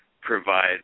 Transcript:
provide